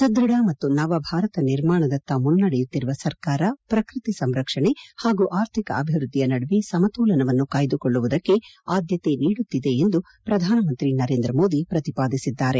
ಸದೃಢ ಮತ್ತು ನವಭಾರತ ನಿರ್ಮಾಣದತ್ತ ಮುನ್ನಡೆಯುತ್ತಿರುವ ಸರ್ಕಾರ ಪ್ರಕೃತಿ ಸಂರಕ್ಷಣೆ ಹಾಗೂ ಆರ್ಥಿಕ ಅಭಿವೃದ್ದಿಯ ನಡುವೆ ಸಮತೋಲನವನ್ನು ಕಾಯ್ದುಕೊಳ್ಳುವುದಕ್ಕೆ ಆದ್ಯತೆ ನೀಡುತ್ತಿದೆ ಎಂದು ಪ್ರಧಾನಮಂತ್ರಿ ನರೇಂದ್ರ ಮೋದಿ ಪ್ರತಿಪಾದಿಸಿದ್ದಾರೆ